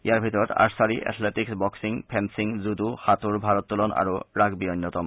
ইয়াৰে ভিতৰত archery athletics boxing ফেপিং জুডো সাঁতোৰ ভাৰত্তোলন আৰু ৰাগবী অন্যতম